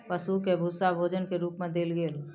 पशु के भूस्सा भोजन के रूप मे देल गेल